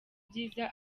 byiza